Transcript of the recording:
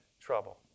trouble